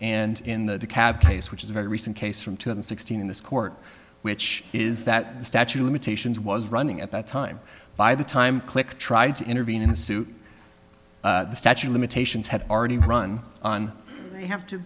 and in the cab case which is a very recent case from two hundred sixteen in this court which is that the statute of limitations was running at that time by the time click tried to intervene in a suit the statue of limitations had already run on have to